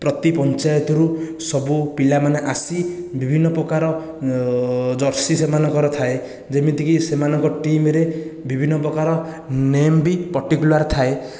ପ୍ରତି ପଞ୍ଚାୟତରୁ ସବୁ ପିଲାମାନେ ଆସି ବିଭିନ୍ନ ପ୍ରକାର ଜର୍ଷି ସେମାନଙ୍କର ଥାଏ ଯେମିତିକି ସେମାନଙ୍କ ଟିମ୍ରେ ବିଭିନ୍ନ ପ୍ରକାର ନେମ୍ ବି ପର୍ଟିକୁଲାର ଥାଏ